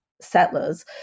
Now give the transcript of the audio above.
settlers